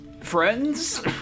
friends